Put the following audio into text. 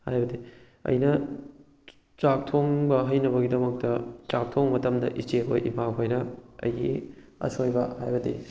ꯍꯥꯏꯕꯗꯤ ꯑꯩꯅ ꯆꯥꯛꯊꯣꯡꯕ ꯍꯩꯅꯕꯒꯤꯗꯃꯛꯇ ꯆꯥꯛꯊꯣꯡ ꯃꯇꯝꯗ ꯏꯆꯦꯈꯣꯏ ꯏꯃꯥꯈꯣꯏꯅ ꯑꯩꯒꯤ ꯑꯁꯣꯏꯕ ꯍꯥꯏꯕꯗꯤ